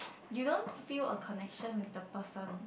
you don't feel a connection with the person